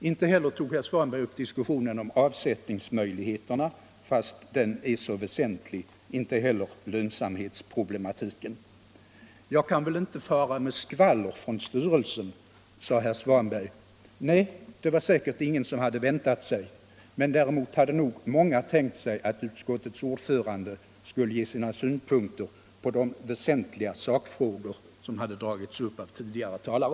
Inte heller tog herr Svanberg upp diskussionen om avsättningsmöjligheterna fastän den är så väsentlig — inte heller lönsamhetsproblematiken. Jag kan väl inte fara med skvaller från styrelsen, sade herr Svanberg. Nej, det var det säkert ingen som väntat sig, men däremot hade nog många tänkt sig att utskottets ordförande skulle ge sina synpunkter på de väsentliga sakfrågor som hade dragits upp av tidigare talare.